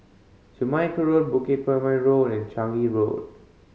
Jamaica Road Bukit Purmei Road and Changi Road